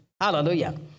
Hallelujah